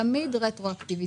תמיד רטרואקטיבית.